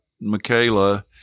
Michaela